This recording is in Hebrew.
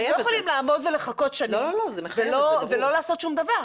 אנחנו לא יכולים לעמוד ולחכות שנים ולא לעשות שום דבר.